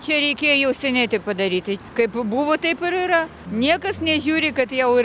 čia reikėjo seniai taip padaryti kaip buvo taip ir yra niekas nežiūri kad jau ir